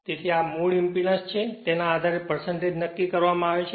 તેથી આ મૂળ ઇંપેડન્સ છે તેના આધારે નક્કી કરવામાં આવે છે